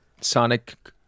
Sonic